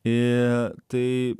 ir tai